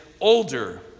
older